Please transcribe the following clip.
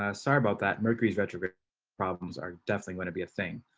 ah sorry about that mercury's retrograde problems are definitely going to be a thing.